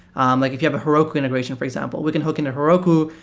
um like if you have a heroku integration, for example, we can hook into heroku,